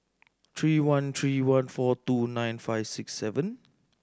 three one three one four two nine five six seven